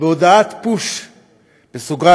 והודעת פוש בסוגריים: